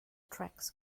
tracks